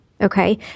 Okay